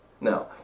Now